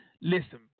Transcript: Listen